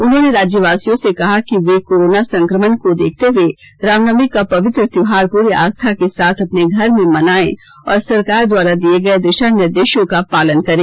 उन्होंने राज्यवासियों से कहा कि वे कोरोना संक्रमण को देखते हए रामनवमी का पवित्र त्यौहार पुरी आस्था के साथ अपने घर में मनाएं और सरकार द्वारा दिए गए दिशा निर्देशो का पालन करें